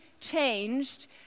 changed